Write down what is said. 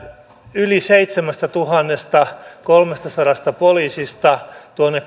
yli seitsemästätuhannestakolmestasadasta poliisista tuonne